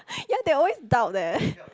ya they always doubt eh